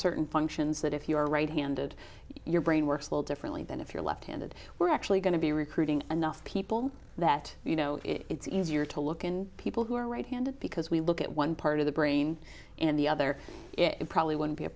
certain functions that if you are right handed your brain works a little differently than if your left handed we're actually going to be recruiting enough people that you know it's easier to look and people who are right handed because we look at one part of the brain and the other it probably wouldn't be a